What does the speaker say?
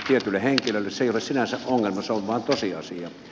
se ei ole sinänsä ongelma se on vain tosiasia